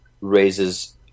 raises